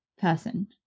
person